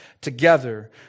together